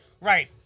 Right